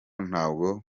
ntabwo